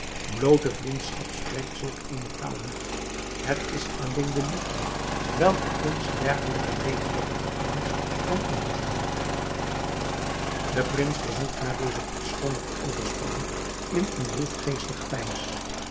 bloote vriendschap spreekt zulk eene taal niet het is alleen de liefde welke ons dergelijke levendige gevoelens kan inboezemen de prins verzonk na deze kortstondige overspanning in een droefgeestig gepeins